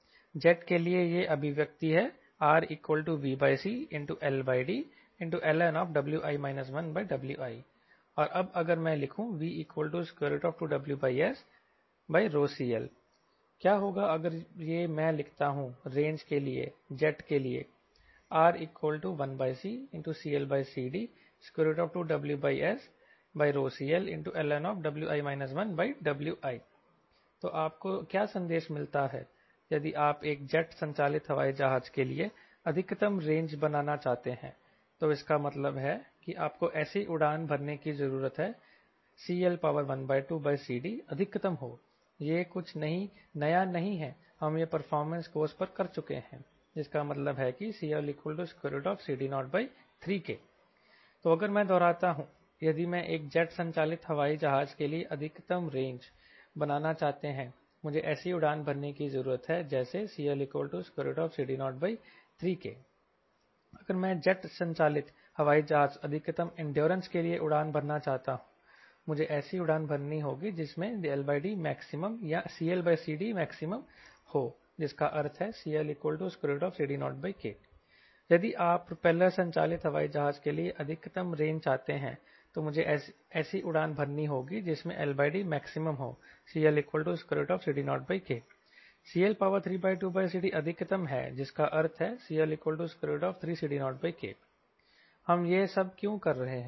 jet के लिए यह अभिव्यक्ति है RVCLDln Wi 1Wi और अब अगर मैं लिखूं V2WSCL क्या होगा अगर यह मैं लिखता हूं रेंज के लिएजेट के लिए R1CCLCD2WSCLln Wi 1Wi तो आपको क्या संदेश मिलता है यदि आप एक जेट संचालित हवाई जहाज के लिए अधिकतम रेंज बनाना चाहते हैं तो इसका मतलब है कि आपको ऐसी उड़ान भरने की जरूरत है CL12CD अधिकतम हो यह कुछ नया नहीं है हम यह परफॉर्मेंस कोर्स पर कर चुके हैं जिसका मतलब है कि CLCD03K तो अगर मैं दोहराता हूं यदि मैं एक जेट संचालित हवाई जहाज के लिए अधिकतम रेंज बनाना चाहते हैं मुझे ऐसी उड़ान भरने की जरूरत है जैसे CLCD03K अगर मैं जेट संचालित हवाई जहाज अधिकतम इंड्योरेंस के लिए उड़ान भरना चाहता हूं मुझे ऐसी उड़ान भरनी होगी जिससे LDmax या CLCDmaxहो जिसका अर्थ है CLCD0K यदि आप प्रोपेलर संचालित हवाई जहाज के लिए अधिकतम रेंज चाहते हैं तो मुझे ऐसी उड़ान भरनी होगी जिससे LDmax हो CLCD0K CL32CD अधिकतम है जिसका अर्थ है CL3CD0K हम यह सब क्यों कर रहे हैं